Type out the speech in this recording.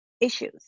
issues